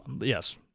Yes